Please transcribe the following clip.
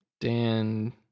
Dan